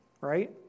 right